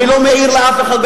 אני לא מעיר לאף אחד,